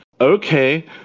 okay